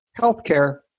healthcare